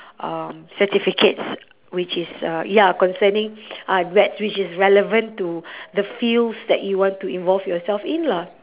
um certificates which is uh ya concerning uh which is relevant to the fields that you want to involve yourself in lah